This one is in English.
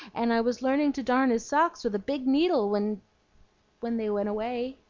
and i was learning to darn his socks with a big needle when when they went away.